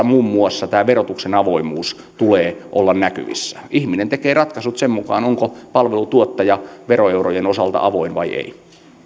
muun muassa verotuksen avoimuuden tulee olla näkyvissä ihminen tekee ratkaisut sen mukaan onko palveluntuottaja veroeurojen osalta avoin vai ei